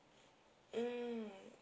mm